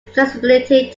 flexibility